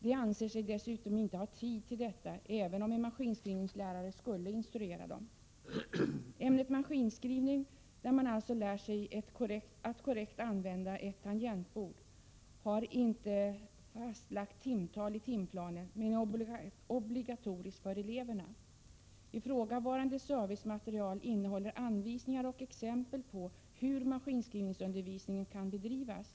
De anser sig dessutom inte ha tid till detta, även om en maskinskrivningslärare skulle instruera dem. Ämnet maskinskrivning, där man alltså lär sig att korrekt använda ett tangentbord, har inte ett fastlagt timtal i timplanen, men är obligatoriskt för eleverna. Ifrågavarande servicematerial innehåller anvisningar och exempel på hur maskinskrivningsundervisningen kan bedrivas.